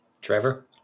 Trevor